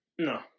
No